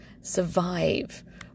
survive